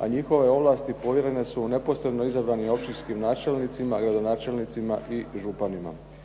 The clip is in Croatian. a njihove ovlasti povjerene su neposredno izabranim općinskim načelnicima, gradonačelnicima i županima.